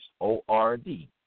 O-R-D